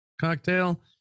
cocktail